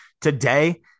today